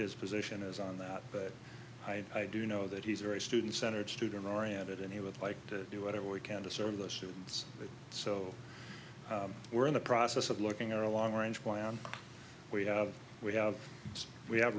his position is on that but i do know that he's very student center of student oriented and he would like to do whatever we can to serve the students so we're in the process of looking at a long range plan we have we have we have